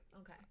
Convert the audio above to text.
Okay